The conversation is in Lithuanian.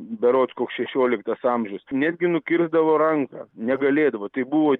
berods koks šešioliktas amžius netgi nukirsdavo ranką negalėdavo tai buvo